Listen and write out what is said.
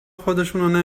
خودشونو